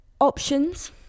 options